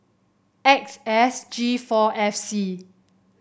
X S G four F C